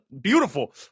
Beautiful